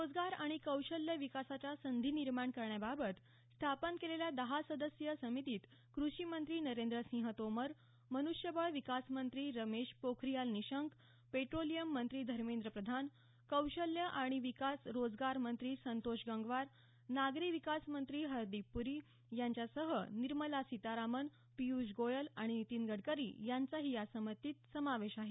रोजगार आणि कौशल्यविकासाच्या संधी निर्माण करण्याबाबत स्थापन केलेल्या दहा सदस्यीय समितीत कृषी मंत्री नरेंद्र सिंह तोमर मनुष्यबळ विकास मंत्री रमेश पोखरियाल निशंक पेट्रोलियम मंत्री धर्मेंद्र प्रधान कौशल्य आणि रोजगार मंत्री संतोष गंगवार नागरी विकास मंत्री हरदीप पुरी यांच्यासह निर्मला सीतारामन पिय्ष गोयल आणि नितिन गडकरी यांचाही या समितीत समावेश आहे